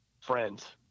friends